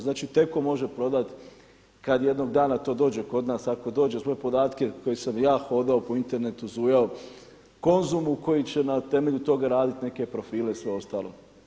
Znači, T-com može prodat kad jednog dana dođe to kod nas, ako dođe, svoje podatke koje sam ja hodao po Internetu zujao o Konzumu, koji će na temelju toga raditi neke profile i sve ostalo.